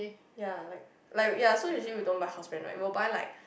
ya like like ya so we usually don't buy housebrands right we'll buy like